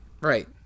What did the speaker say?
Right